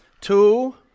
Two